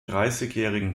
dreißigjährigen